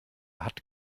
hat